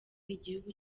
igihugu